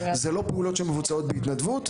אלה לא פעולות שמבוצעות בהתנדבות,